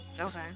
Okay